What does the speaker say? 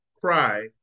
cry